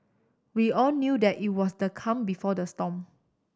we all knew that it was the calm before the storm